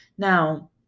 Now